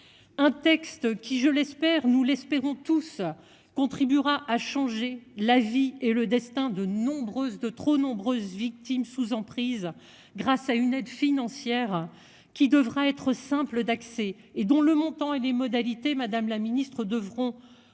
Un texte qui je l'espère, nous l'espérons tous contribuera à changer la vie et le destin de nombreuses, de trop nombreuses victimes sous emprise grâce à une aide financière qui devra être simple d'accès, et dont le montant et les modalités Madame la Ministre devront au travers